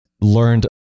learned